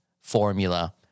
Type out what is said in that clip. formula